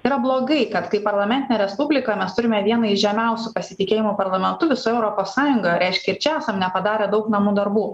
yra blogai kad kaip parlamentinė respublika mes turime vieną iš žemiausių pasitikėjimo parlamentu visoj europos sąjungoje reiškia čia esam nepadarę daug namų darbų